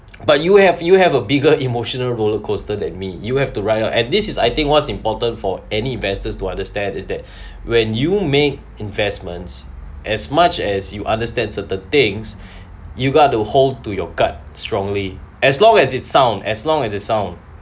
but you have you have a bigger emotional roller coaster than me you have to ride up and this is I think what's important for any investors to understand is that when you make investments as much as you understand certain things you got to hold to your gut strongly as long as it's sound as long as it sound